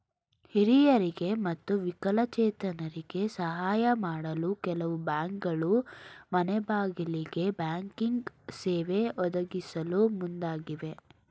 ಹಿರಿಯರಿಗೆ ಮತ್ತು ವಿಕಲಚೇತರಿಗೆ ಸಾಹಯ ಮಾಡಲು ಕೆಲವು ಬ್ಯಾಂಕ್ಗಳು ಮನೆಗ್ಬಾಗಿಲಿಗೆ ಬ್ಯಾಂಕಿಂಗ್ ಸೇವೆ ಒದಗಿಸಲು ಮುಂದಾಗಿವೆ